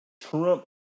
Trump